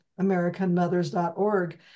Americanmothers.org